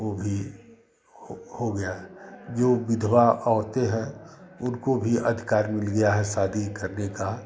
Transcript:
वह भी हो गया जो विधवा औरतें हैं उनको भी अधिकार मिल गया है शादी करने का